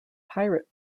pirate